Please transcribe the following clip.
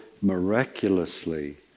miraculously